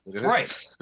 Right